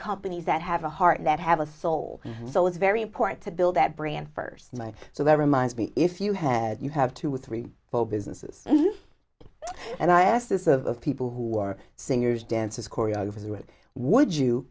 companies that have a heart that have a soul so it's very important to build that brand first mike so that reminds me if you had you have two three four businesses and i asked this of people who are singers dancers choreographers that would you